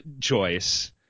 choice